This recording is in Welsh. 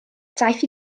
daeth